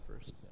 first